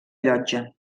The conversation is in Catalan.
llotja